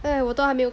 !aiya! 我都还没有